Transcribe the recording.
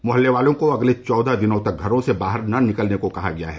मोहल्ले वालों को अगले चौदह दिनों तक घरों से बाहर न निकलने को कहा गया है